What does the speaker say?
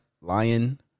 Lion